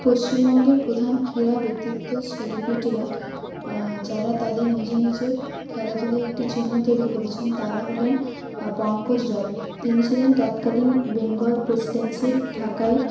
পশ্চিমবঙ্গের প্রধান ক্রীড়া ব্যক্তিত্ব সেলিব্রিটিরা যারা তাদের নিজের নিজের খেলাধুলায় একটি চিহ্ন তৈরি করেছেন তারা হলেন পঙ্কজ রায় তিনি ছিলেন তৎকালীন বেঙ্গল প্রেসিডেন্সির ঢাকায়